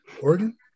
Oregon